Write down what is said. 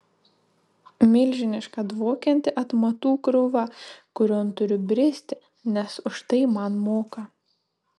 milžiniška dvokianti atmatų krūva kurion turiu bristi nes už tai man moka